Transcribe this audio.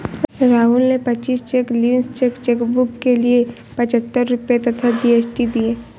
राहुल ने पच्चीस cheque leaves वाले चेकबुक के लिए पच्छत्तर रुपये तथा जी.एस.टी दिए